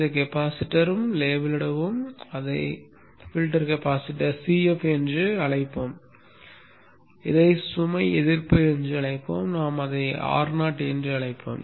இந்த கெபாசிட்டரை லேபிளிடுவோம் அதை பில்டர் கெபாசிட்டர் Cf என்று அழைப்போம் இதை சுமை எதிர்ப்பு என்று அழைப்போம் நான் அதை Ro என்று அழைப்போம்